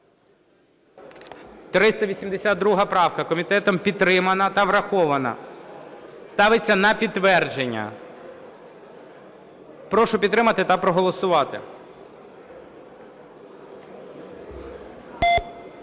382 правка. Комітетом підтримана та врахована. Ставиться на підтвердження. Прошу підтримати та проголосувати.